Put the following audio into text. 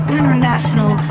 International